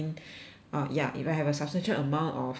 ah ya if I have a substantial amount of pay ah